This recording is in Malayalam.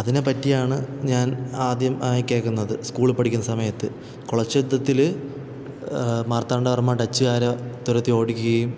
അതിനെപ്പറ്റിയാണ് ഞാന് ആദ്യം ആയി കേൾക്കുന്നത് സ്കൂളിൽ പഠിക്കുന്ന സമയത്ത് കൊളച്ചിൽ യുദ്ധത്തിൽ മാര്ത്താണ്ഡവര്മ്മ ഡച്ചുകാരെ തുരത്തി ഓടിക്കുകയും